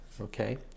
okay